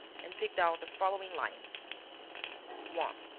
and picked out the following lines one.